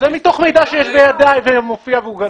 זה מתוך מידע שיש בידיי והוא מופיע והוא גלוי.